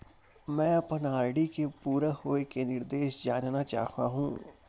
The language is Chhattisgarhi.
मैं अपन आर.डी के पूरा होये के निर्देश जानना चाहहु